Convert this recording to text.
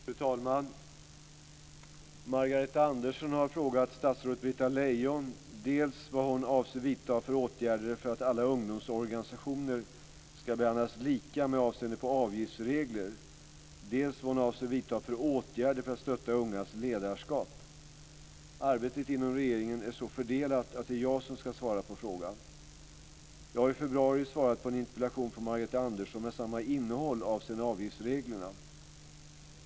Fru talman! Margareta Andersson har frågat statsrådet Britta Lejon dels vad hon avser vidta för åtgärder för att alla ungdomsorganisationer ska behandlas lika med avseende på avgiftsregler, dels vad hon avser vidta för åtgärder för att stötta ungas ledarskap. Arbetet inom regeringen är så fördelat att det är jag som ska svara på interpellationen. Jag har i februari svarat på en interpellation från Margareta Andersson med samma innehåll avseende avgiftsreglerna.